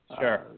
Sure